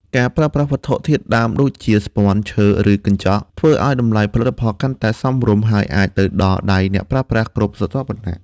ការប្រើប្រាស់វត្ថុធាតុដើមដូចជា ស្ពាន់ ឈើ ឬកញ្ចក់ ធ្វើឱ្យតម្លៃផលិតផលកាន់តែ សមរម្យ ហើយអាចទៅដល់ដៃអ្នកប្រើប្រាស់គ្រប់ស្រទាប់វណ្ណៈ។